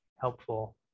helpful